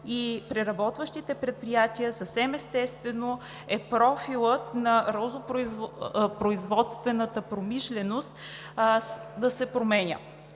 и преработващите предприятия, съвсем естествено е профилът на розопроизводствената промишленост да се променя.